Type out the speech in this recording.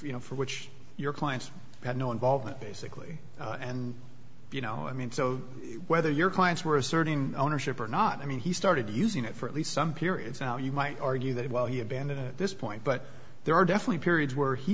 you know for which your client had no involvement basically and you know i mean so whether your clients were asserting ownership or not i mean he started using it for at least some periods now you might argue that while he abandoned this point but there are definitely periods where he